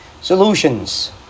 solutions